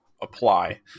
apply